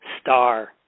star